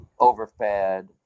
overfed